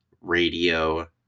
radio